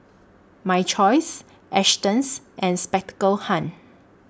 My Choice Astons and Spectacle Hut